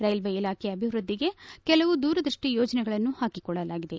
railway ಇಲಾಖೆಯ ಅಭಿವೃದ್ಧಿಗೆ ಕೆಲವು ದೂರದೃಷ್ಟಿ ಯೋಜನೆಗಳನ್ನು ಹಾಕಿಕೊಳ್ಳಲಾಗಿದೆ